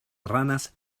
ranas